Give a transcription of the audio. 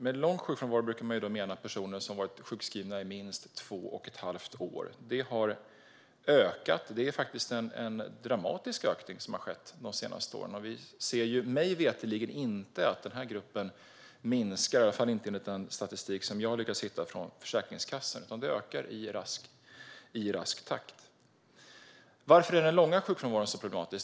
Med lång sjukfrånvaro brukar man mena personer som har varit sjukskrivna i minst två och ett halvt år. Detta har ökat. Det har faktiskt skett en dramatisk ökning de senaste åren. Vi ser inte att den gruppen minskar, i alla fall inte enligt den statistik från Försäkringskassan som jag har lyckats hitta. Den ökar i rask takt. Varför är den långa sjukfrånvaron så problematisk?